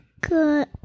Good